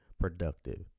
productive